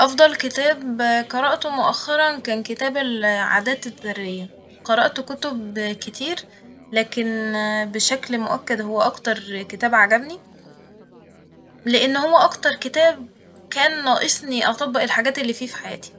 أفضل كتاب قرأته مؤخرا كان كتاب العادات الذرية ، قرأت كتب كتير لكن بشكل مؤكد هو كان أكتر كتاب عجبني ، لإن هو أكتر كتاب كان ناقصني أطبق الحاجات اللي فيه في حياتي